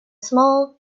small